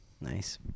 Nice